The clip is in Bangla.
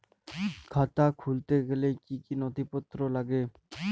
খাতা খুলতে গেলে কি কি নথিপত্র লাগে?